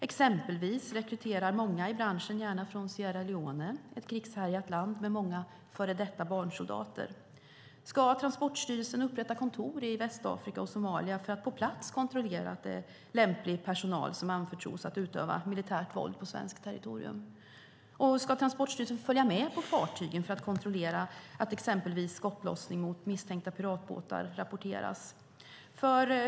Exempelvis rekryterar många i branschen gärna från Sierra Leone, ett krigshärjat land med många före detta barnsoldater. Ska Transportstyrelsen upprätta kontor i Västafrika och Somalia för att på plats kontrollera att lämplig personal anförtros att utöva militärt våld på svenskt territorium? Ska Transportstyrelsen följa med på fartygen för att kontrollera att exempelvis skottlossning mot misstänkta piratbåtar rapporteras?